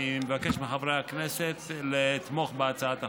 אני מבקש מחברי הכנסת לתמוך בהצעת החוק.